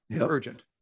Urgent